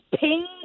ping